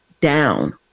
down